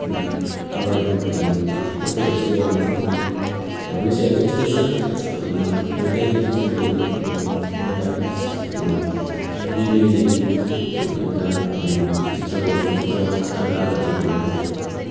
अगाडि जस्तो छ त्यस्तै बनाउन सकौँ विषयहरू यस्तै छ र त्यहाँदेखि चाहिँ मैले एउटा निर्णय लिएँ एउटा चित्र कोर्छु चित्र चित्रकार हुन्छु भनेर